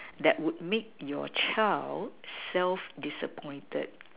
that would make your child self disappointed